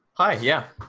hi, yeah.